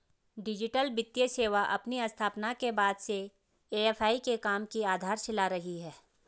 digital वित्तीय सेवा अपनी स्थापना के बाद से ए.एफ.आई के काम की आधारशिला रही है